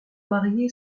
marié